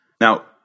Now